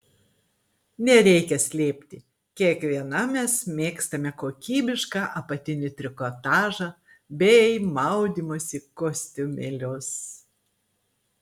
nereikia slėpti kiekviena mes mėgstame kokybišką apatinį trikotažą bei maudymosi kostiumėlius